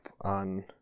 on